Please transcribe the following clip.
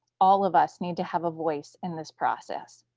all of us need to have a voice in this process.